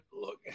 look